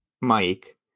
Mike